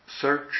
search